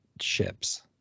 ships